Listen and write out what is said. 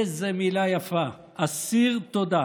איזו מילה יפה, אסיר תודה.